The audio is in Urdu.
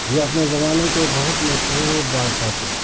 یہ اپنے زمانے کے بہت مشہور بادشاہ تھے